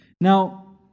Now